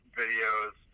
videos